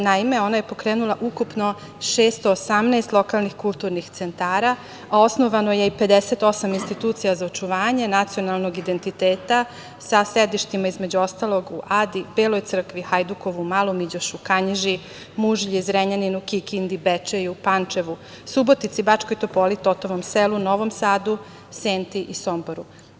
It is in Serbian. Naime, ona je pokrenula ukupno 618 lokalnih kulturnih centara, a osnovano je i 58 institucija za očuvanje nacionalnog identiteta sa sedištima, između ostalog, u Adi, Beloj Crkvi, Hajdukovu, Malom Iđošu, Kanjiži, Mužlji, Zrenjaninu, Kikindi, Bečeju, Pančevu, Subotici, Bačkoj Topoli, Totovom Selu, Novom Sadu, Senti i Somboru.